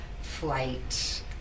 flight